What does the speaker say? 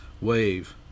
Wave